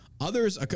others